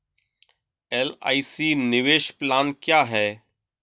LIC निवेश plan क्या है?